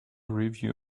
review